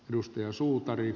edustaja suutari